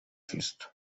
fiston